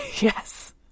Yes